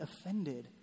offended